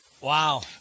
Wow